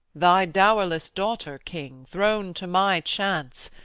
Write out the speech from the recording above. thy dow'rless daughter, king, thrown to my chance,